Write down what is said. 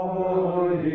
Holy